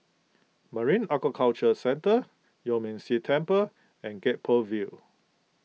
Marine Aquaculture Centre Yuan Ming Si Temple and Gek Poh Ville